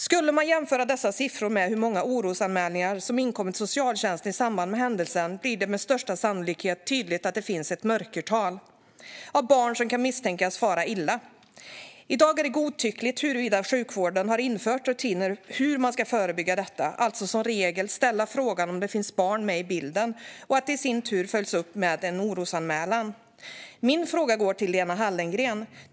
Skulle man jämföra dessa siffror med hur många orosanmälningar som inkommit till socialtjänsten i samband med händelser blir det med största sannolikhet tydligt att det finns ett mörkertal av barn som kan misstänkas fara illa. I dag är det godtyckligt huruvida sjukvården har infört rutiner för hur man ska förebygga detta. Det handlar om att som regel ställa frågan om det finns barn med i bilden och om att detta i sin tur följs upp med en orosanmälan. Min fråga går till Lena Hallengren.